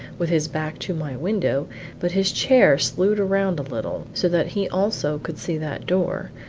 with his back to my window but his chair slued round a little, so that he also could see that door,